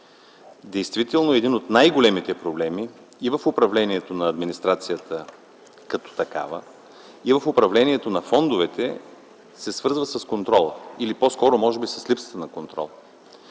Действително, един от най-големите проблеми в управлението на администрацията като такава и в управлението на фондовете е свързан с контрола или по-скоро – с липсата на контрол.